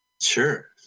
Sure